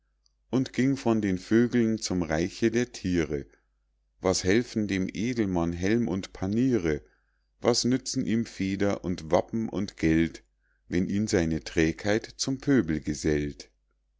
und ging von den vögeln zum reiche der thiere was helfen dem edelmann helm und paniere was nützen ihm feder und wappen und geld wenn ihn seine trägheit zum pöbel gesellt